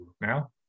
now